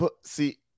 see